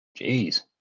Jeez